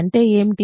అంటే ఏమిటి